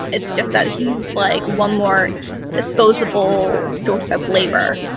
it's just that he's like one more disposable source of labor.